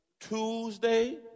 Tuesday